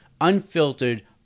unfiltered